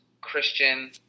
Christian